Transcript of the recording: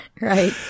Right